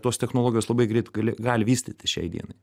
tos technologijos labai greit gali gali vystytis šiai dienai